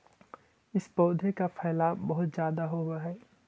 इस पौधे का फैलाव बहुत ज्यादा होवअ हई